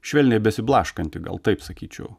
švelniai besiblaškanti gal taip sakyčiau